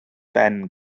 ben